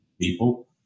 people